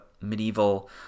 medieval